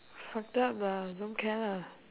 fucked up lah don't care lah